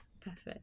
Perfect